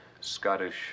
Scottish